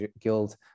Guild